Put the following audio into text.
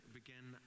begin